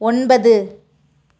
ஒன்பது